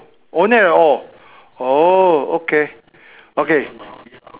only at orh oh okay okay